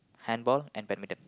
handball and badminton